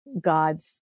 God's